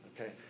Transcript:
okay